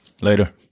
Later